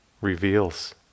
reveals